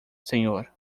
senhor